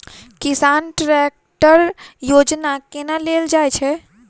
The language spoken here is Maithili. किसान ट्रैकटर योजना केना लेल जाय छै?